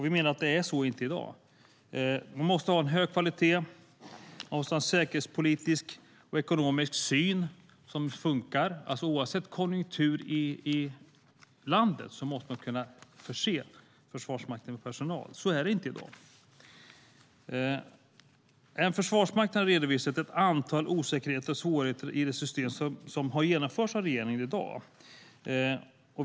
Vi menar att det inte är så i dag. Vi måste ha en hög kvalitet. Vi måste ha en säkerhetspolitisk och ekonomisk syn som funkar. Oavsett konjunktur i landet måste man alltså kunna förse Försvarsmakten med personal. Så är det inte i dag. Även Försvarsmakten har redovisat ett antal osäkerheter och svårigheter i det system som har genomförts av regeringen.